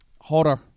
horror